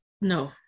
No